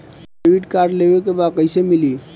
Debit card लेवे के बा कईसे मिली?